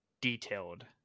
detailed